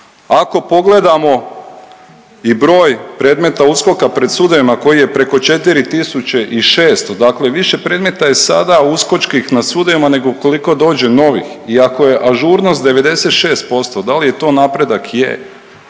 Ako pogledamo i broj predmeta USKOK-a pred sudovima koji je preko 4.600 dakle više predmeta je sada uskočkih na sudovima nego koliko dođe novih i ako je ažurnost 96% da li je to napredak? Je.